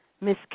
Miss